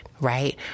Right